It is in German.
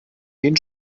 den